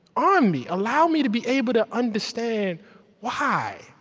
arm me. allow me to be able to understand why.